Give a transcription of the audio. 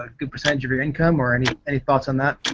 ah good percentage of your income or any any thoughts on that?